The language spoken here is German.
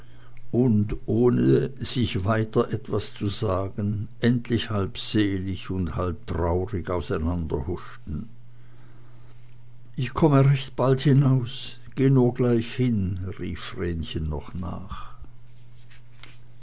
und ohne sich weiter etwas zu sagen endlich halb selig und halb traurig auseinanderhuschten ich komme recht bald hinaus geh nur gleich hin rief vrenchen noch nach